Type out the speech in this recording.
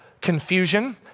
confusion